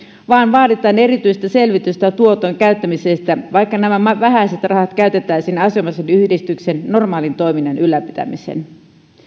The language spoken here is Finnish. vaan vaaditaan erityistä selvitystä tuoton käyttämisestä vaikka nämä vähäiset rahat käytettäisiin asianomaisen yhdistyksen normaalin toiminnan ylläpitämiseen